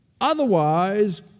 Otherwise